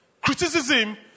criticism